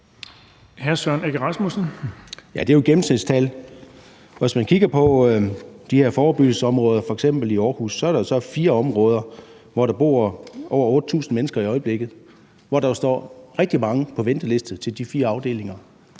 Det er jo et gennemsnitstal, og hvis man kigger på de her forebyggelsesområder, f.eks. i Aarhus, så er der fire områder, hvor der bor over 8.000 mennesker i øjeblikket, og der står jo rigtig mange mennesker på venteliste til de fire afdelinger.